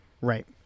right